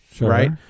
right